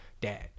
dad